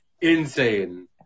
insane